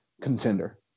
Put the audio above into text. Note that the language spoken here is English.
contender